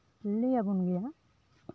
ᱞᱟᱹᱭ ᱟᱵᱚᱱ ᱜᱮᱭᱟ